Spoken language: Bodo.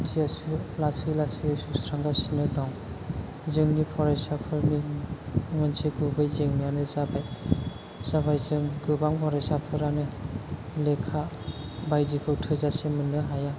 लासै लासैयै सुस्रांगासिनो दं जोंनि फरायसाफोरनि मोनसे गुबै जेंनायानो जाबाय जाबाय जों गोबां फरायसाफोरानो लेखा बायदिखौ थोजासे मोननो हाया